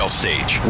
stage